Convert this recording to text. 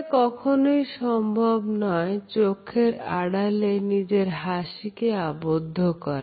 এটা কখনোই সম্ভব নয় চোখের আড়ালে নিজের হাসিকে আবদ্ধ করা